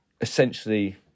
essentially